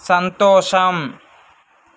సంతోషం